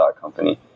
company